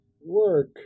work